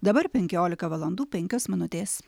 dabar penkiolika valandų penkios minutės